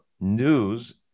News